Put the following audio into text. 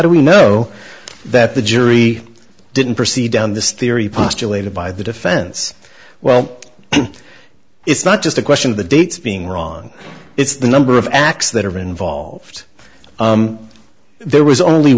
know that the jury didn't proceed down this theory postulated by the defense well it's not just a question of the dates being wrong it's the number of acts that are involved there was only